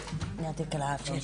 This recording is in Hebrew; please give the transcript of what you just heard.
12:15.